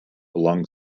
along